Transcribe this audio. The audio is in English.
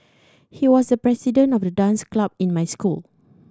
he was the president of the dance club in my school